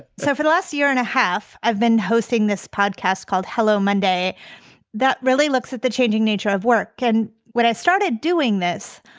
so for the last year and a half, i've been hosting this podcast called hello monday that really looks at the changing nature of work. can when i started doing this,